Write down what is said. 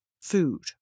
food